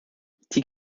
die